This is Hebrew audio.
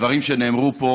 לדברים שנאמרו פה